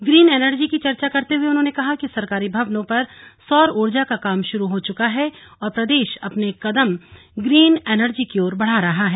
green energy की चर्चा करते हुए उन्होंने कहा कि सरकारी भवनों पर सौर ऊर्जा का काम शुरू हो चुका है और प्रदेश अपने कदम ग्रीन एनर्जी की ओर बढ़ रहा है